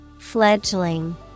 fledgling